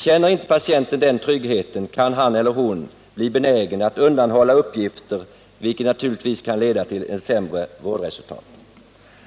Känner inte patienten den tryggheten kan han eller hon bli benägen att undanhålla uppgifter, vilket naturligtvis kan leda till ett sämre vårdresultat.